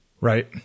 Right